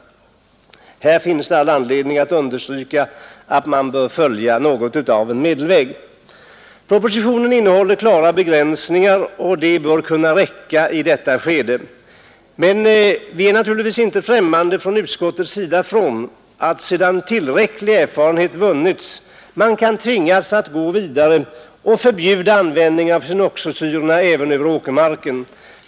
Det finns all anledning att understryka att man här får följa en medelväg. Propositionen innehåller klara begränsningar som bör vara tillräckliga i detta skede, men vi är i utskottet naturligtvis inte främmande för att man, sedan tillräcklig erfarenhet vunnits, kan tvingas att gå vidare och förbjuda användningen av fenoxisyrorna även över åkermarken.